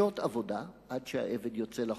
שנות עבודה, עד שהעבד יוצא לחופשי,